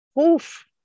oof